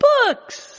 Books